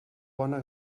bona